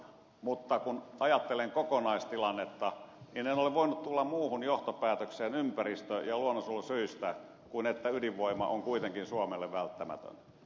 mutta kun ajattelen kokonaistilannetta niin en ole voinut tulla muuhun johtopäätökseen ympäristö ja luonnonsuojelusyistä kuin siihen että ydinvoima on kuitenkin suomelle välttämätön